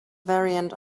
variant